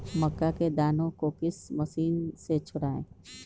मक्का के दानो को किस मशीन से छुड़ाए?